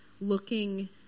looking